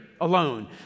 alone